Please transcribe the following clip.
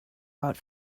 out